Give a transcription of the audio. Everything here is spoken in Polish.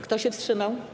Kto się wstrzymał?